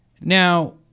Now